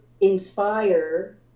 inspire